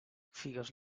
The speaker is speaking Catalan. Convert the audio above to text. figues